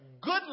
good